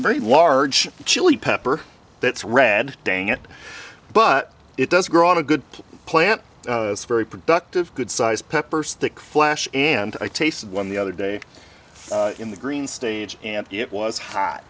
very large chili pepper that's red dang it but it does grow on a good plant very productive good size pepper stick flash and i tasted one the other day in the green stage and it was